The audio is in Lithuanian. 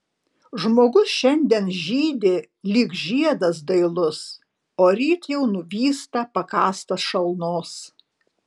žmogus šiandien žydi lyg žiedas dailus o ryt jau nuvysta pakąstas šalnos